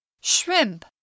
Shrimp